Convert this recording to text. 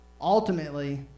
Ultimately